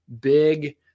big